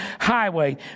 highway